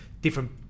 different